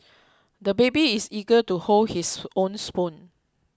the baby is eager to hold his own spoon